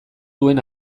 duen